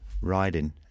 riding